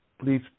Please